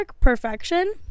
Perfection